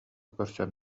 көрсөн